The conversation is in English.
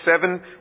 seven